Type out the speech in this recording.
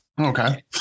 Okay